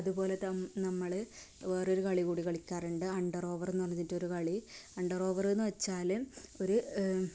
അതുപോലെ നമ്മൾ വേറൊരു കളി കൂടി കളിക്കാറുണ്ട് അണ്ടർ ഓവർ എന്ന് പറഞ്ഞിട്ട് ഒരു കളി അണ്ടർ ഓവറെന്ന് വെച്ചാൽ ഒരു